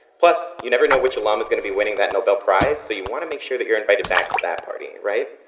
plus you never know which alum is going to be winning that nobel prize, so you want to make sure that you're invited back to that party, right?